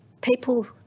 people